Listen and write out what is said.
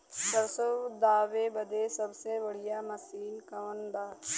सरसों दावे बदे सबसे बढ़ियां मसिन कवन बा?